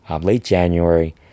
late-January